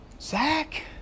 Zach